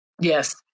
Yes